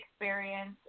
experience